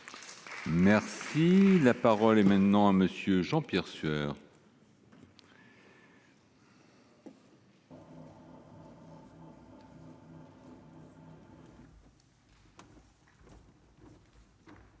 Merci, la parole est maintenant à monsieur Jean-Pierre Sueur.